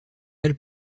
elles